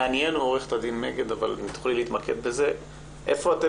אם תוכלי להתמקד בשאלה איפה אתם